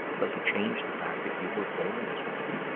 doesn't change the fact that you were born as one.